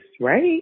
right